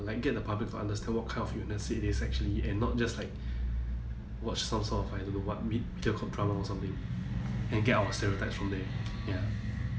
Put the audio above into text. like get the public to understand what kind of illness it is actually and not just like watch some sort of I don't know what med~ or something and get our stereotypes from them ya